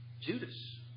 Judas